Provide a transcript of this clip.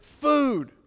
food